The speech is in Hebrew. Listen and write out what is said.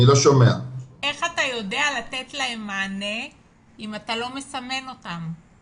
אם אתה לא מסמן אותם?